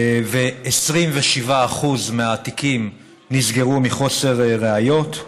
ו-27% מהתיקים נסגרו מחוסר ראיות,